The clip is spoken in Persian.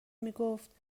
میگفت